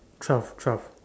twelve twelve